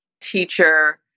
teacher